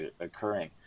occurring